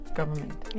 Government